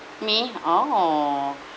me oh